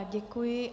Děkuji.